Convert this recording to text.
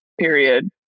period